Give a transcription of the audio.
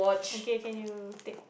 okay can you take